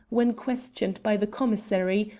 when questioned by the commissary,